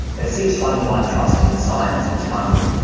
that seeks to undermine trust in the science, its funding,